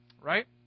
right